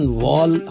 wall